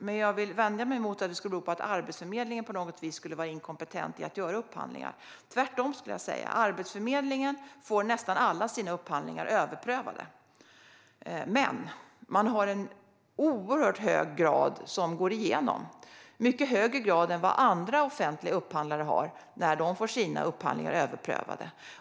Men jag vänder mig emot att det skulle bero på att Arbetsförmedlingen på något vis skulle vara inkompetent när det gäller att göra upphandlingar. Jag skulle vilja säga att det är tvärtom. Arbetsförmedlingen får nästan alla sina upphandlingar överprövade, men dessa går igenom i oerhört hög grad - i mycket högre grad än för andra offentliga upphandlare som får sina upphandlingar överprövade.